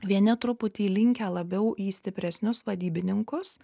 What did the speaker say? vieni truputį linkę labiau į stipresnius vadybininkus